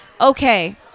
Okay